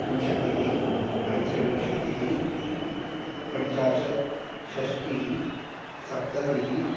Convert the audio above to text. विंशतिः पञ्चविंशतिः पञ्चाशत् षष्टिः सप्ततिः